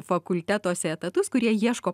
fakultetuose etatus kurie ieško